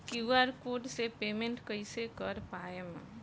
QR code से payment कईसे कर पाएम?